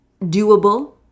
doable